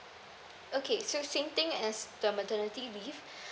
okay so same thing as the maternity leave